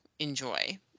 enjoy